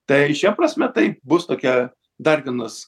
tai šia prasme tai bus tokia dar vienas